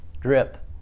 drip